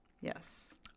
Yes